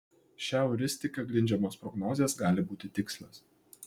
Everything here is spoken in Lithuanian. šia euristika grindžiamos prognozės gali būti tikslios